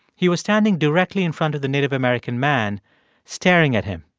he was standing directly in front of the native american man staring at him.